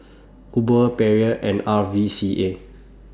Uber Perrier and R V C A